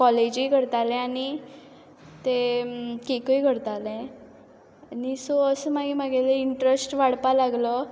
कॉलेजूय करतालें आनी ते कॅकूय करतालें आनी सो असो मागीर म्हागेली इंट्रस्ट वाडपा लागलो